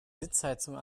sitzheizung